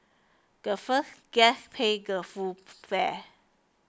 the first guest pays the full fare